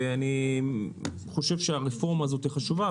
ואני חושב שהרפורמה הזאת היא חשובה.